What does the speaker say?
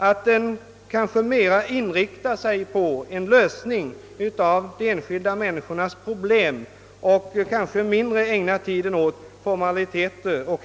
Vi måste mera inrikta oss på en lösning av de enskilda människornas problem och kanske mindre ägna tiden åt formaliteter och